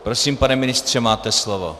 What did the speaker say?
Prosím, pane ministře, máte slovo.